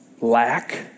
lack